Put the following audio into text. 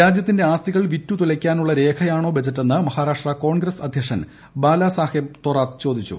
രാജ്യത്തിന്റെ ആസ്തികൾ വിറ്റുതുലയ്ക്കാനുള്ള രേഖയാണോ ബജറ്റെന്ന് മഹാരാഷ്ട്ര കോൺഗ്രസ് അദ്ധ്യക്ഷൻ ബാലസാഹൈബ് തൊറാത്ത് ചോദിച്ചു